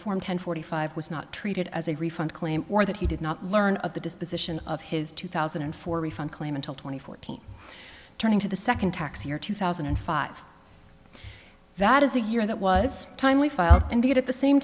form ten forty five was not treated as a refund claim or that he did not learn of the disposition of his two thousand and four refund claim until twenty fourteen turning to the second tax year two thousand and five that is a year that was timely filed and the at the same